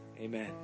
Amen